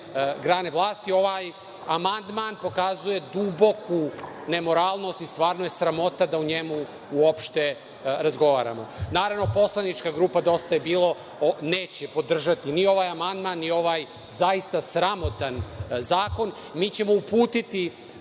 grane vlasti. Ovaj amandman pokazuje duboku nemoralnost i stvarno je sramota da o njemu uopšte razgovaramo. Naravno, poslanička grupa „Dosta je bilo“ neće podržati ni ovaj amandman ni ovaj zaista sramotan zakon. Mi ćemo uputiti